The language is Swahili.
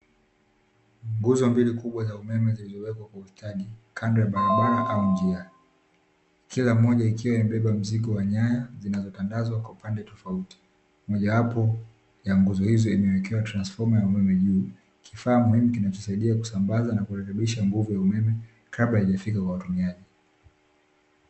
Nguzo mbili kubwa ya umeme zimewekwa kwenye bustani kando ya barabara au njia. Kila mmoja ikiwa imebeba mzigo wa nyaya zinazotandazwa kwa upande tofauti. Mojawapo ya nguzo hizo imeekewa transfoma ya umeme juu, kifaa muhimu kinachosaidia kusambaza na kurekebisha nguvu ya umeme kabla haijafika kwa watumiaji.